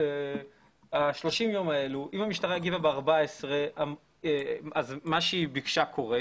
אם המשטרה הגיבה ב-14 ימים, מה שהיא ביקשה קורה.